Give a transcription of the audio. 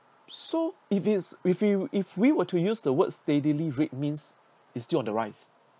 so if it's if we if we were to use the word steadily rate means it's still on the rise